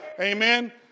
Amen